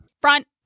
Front